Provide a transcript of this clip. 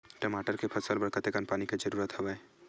टमाटर के फसल बर कतेकन पानी के जरूरत हवय?